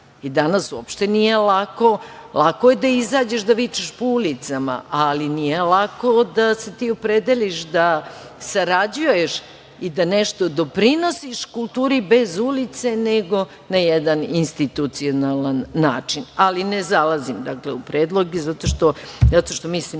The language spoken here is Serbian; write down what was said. Danas uopšte nije lako, lako je da izađeš da vičeš po ulicama, ali nije lako da se ti opredeliš da sarađuješ i da nešto doprinosiš kulturi bez ulice, nego na jedan institucionalan način. Ali, ne zalazim u predloge zato što mislim